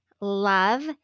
love